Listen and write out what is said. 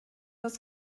das